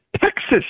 Texas